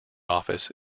office